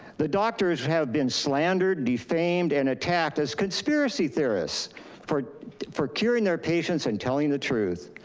the doctors have been slandered, defamed, and attacked as conspiracy theorists for for curing their patients and telling the truth.